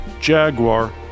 Jaguar